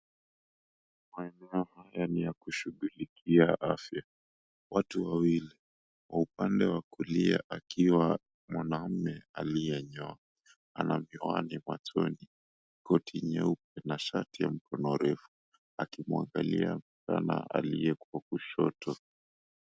Maeneo yani ya kushughulikia afya. Watu wawili kwa upande wa kulia akiwa mwanaume aliyenyoa ana miwani machoni koti nyeupe na shati ya mikono mirefu akimwangalia msichana aliyekuwa kushoto.